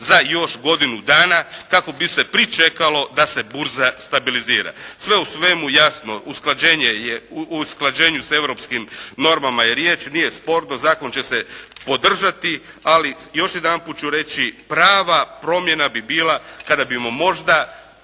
za još godinu dana kako bi se pričekalo da se burza stabilizira. Sve u svemu, jasno, usklađenje, o usklađenju sa europskim normama je riječ, nije sporno, Zakon će se podržati, ali još jedanput ću reći, prava promjena bi bila kada bi mu možda